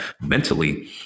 mentally